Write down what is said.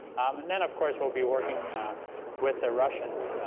and then, of course, we'll be working with the russians